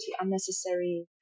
unnecessary